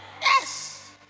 Yes